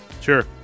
Sure